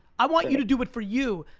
i want you to do it for you.